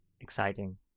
exciting